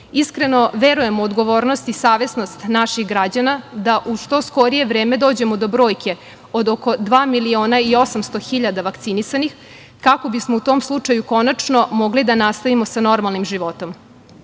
verujem u odgovornost i savesnost naših građana da u što skorije vreme dođemo do brojke od oko 2.800.000 vakcinisanih, kako bismo u tom slučaju konačno mogli da nastavimo sa normalnim životom. Mislim